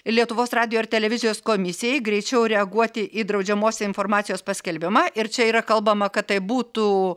lietuvos radijo ir televizijos komisijai greičiau reaguoti į draudžiamos informacijos paskelbimą ir čia yra kalbama kad tai būtų